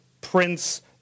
prince